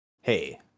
Hey